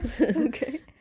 okay